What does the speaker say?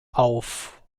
auf